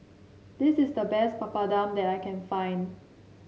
this is the best Papadum that I can find